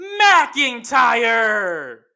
McIntyre